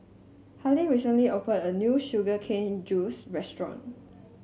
Harley recently opened a new Sugar Cane Juice Restaurant